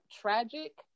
tragic